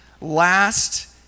last